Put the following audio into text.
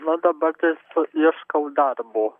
na dabar tais ieškau darbo